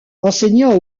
enseigna